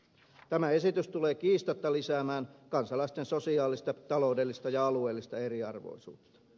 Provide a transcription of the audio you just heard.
tämä esitys tulee kiistatta lisäämään kansalaisten sosiaalista taloudellista ja alueellista eriarvoisuutta